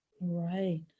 Right